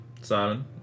Simon